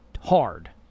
hard